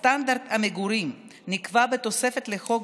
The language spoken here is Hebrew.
סטנדרט המגורים נקבע בתוספת לחוק,